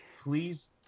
Please